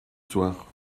soir